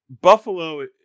Buffalo